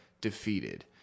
defeated